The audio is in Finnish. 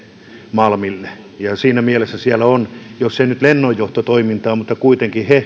malmille ja siinä mielessä siellä jos ei nyt lennonjohtotoimintaa ole kuitenkin